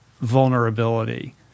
vulnerability